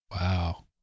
Wow